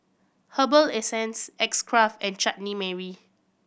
Herbal Essences X Craft and Chutney Mary